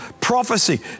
prophecy